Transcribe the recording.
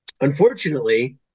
Unfortunately